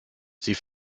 sie